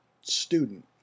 student